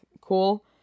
cool